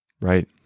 Right